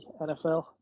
NFL